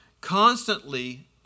constantly